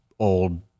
old